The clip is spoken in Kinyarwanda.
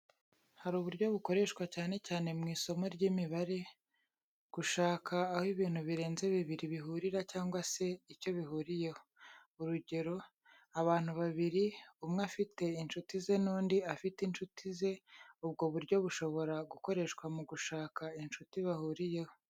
Hari uburyo bukoreshwa cyane cyane mu isomo ry'imibare, gushaka aho ibintu birenze bibiri bihurira cyangwa se icyo bihuriyeho. Urugero, abantu babiri, umwe afite inshuti ze n'undi afite inshuti ze, ubwo buryo bushobora gukoreshwa mu gushaka inshuti bahuriyeho.